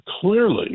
clearly